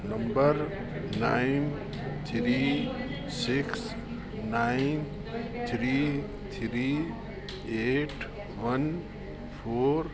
number nine three six nine three three eight one four